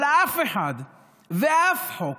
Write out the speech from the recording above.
אבל אף אחד ואף חוק